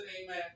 Amen